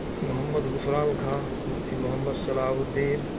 محمد غفران خاں محمد صلاح الدین